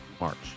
March